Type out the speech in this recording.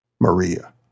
Maria